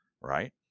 right